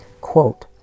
Quote